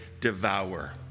devour